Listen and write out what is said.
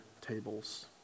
tables